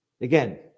Again